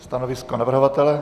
Stanovisko navrhovatele?